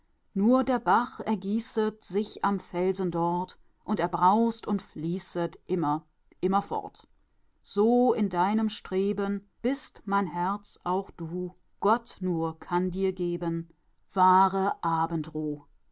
nur der bach ergießet sich am felsen dort und er braust und fließet immer immerfort so in deinem streben bist mein herz auch du gott nur kann dir geben